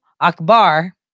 Akbar